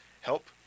help